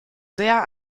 sehr